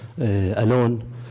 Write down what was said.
alone